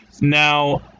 Now